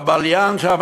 הבליין שם,